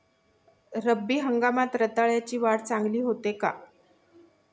रब्बी हंगामात रताळ्याची वाढ चांगली होते का?